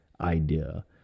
idea